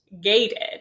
gated